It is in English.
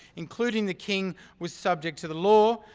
including the king was subject to the law,